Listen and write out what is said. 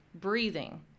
breathing